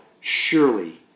surely